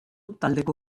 taldeko